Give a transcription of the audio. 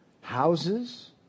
Houses